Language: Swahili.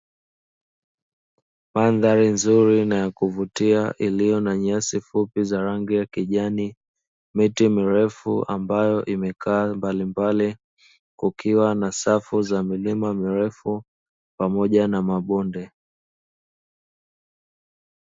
Mandhari nzuri na ya kuvutia iliyo na nyasi fupi za rangi ya kijani, miti mirefu ambayo imekaa mbali mbali kukiwa na safu za milima mirefu pamoja na mabonde.